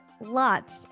lots